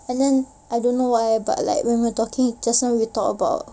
and then I don't know why but like when we were talking just now you talked about